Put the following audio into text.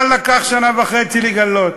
אבל לקח שנה וחצי לגלות.